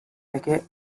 thicket